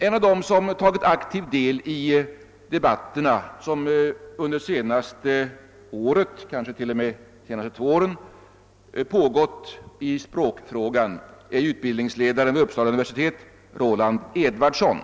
En av dem som tagit aktiv del i den debatt som under de senaste två åren pågått beträffande språkundervisningen är utbildningsledaren vid Uppsala universitet Roland Edwardsson.